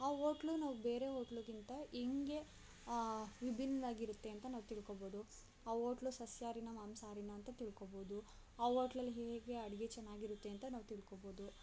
ಆ ಹೋಟ್ಲು ನಾವು ಬೇರೆ ಹೋಟ್ಲುಗಿಂತ ಹೆಂಗೆ ವಿಭಿನ್ನವಾಗಿರುತ್ತೆ ಅಂತ ನಾವು ತಿಳ್ಕೊಬೋದು ಆ ಹೋಟ್ಲು ಸಸ್ಯಾಹಾರಿನ ಮಾಂಸಾಹಾರಿನ ಅಂತ ತಿಳ್ಕೊಬೋದು ಆ ಹೋಟ್ಲಲ್ಲಿ ಹೇಗೆ ಅಡಿಗೆ ಚೆನ್ನಾಗಿರುತ್ತೆ ಅಂತ ನಾವು ತಿಳ್ಕೊಬೋದು